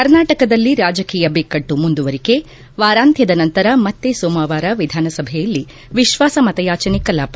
ಕರ್ನಾಟಕದಲ್ಲಿ ರಾಜಕೀಯ ಬಿಕ್ಕಟ್ಟು ಮುಂದುವರಿಕೆ ವಾರಾಂತ್ಯದ ನಂತರ ಮತ್ತೆ ಸೋಮವಾರ ವಿಧಾನಸಭೆಯಲ್ಲಿ ವಿಶ್ವಾಸ ಮತಯಾಚನೆ ಕಲಾಪ